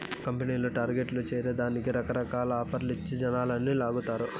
కంపెనీలు టార్గెట్లు చేరే దానికి రకరకాల ఆఫర్లు ఇచ్చి జనాలని లాగతారు